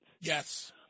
Yes